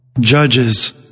Judges